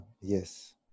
yes